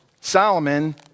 Solomon